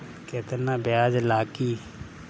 केतना ब्याज लागी?